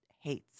hates